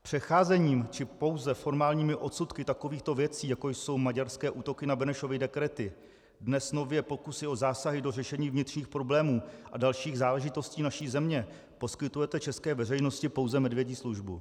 Přecházením či pouze formálními odsudky takovýchto věcí, jako jsou maďarské útoky na Benešovy dekrety, dnes nově pokusy o zásahy do řešení vnitřních problémů a dalších záležitostí naší země, poskytujete české veřejnosti pouze medvědí službu.